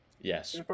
Yes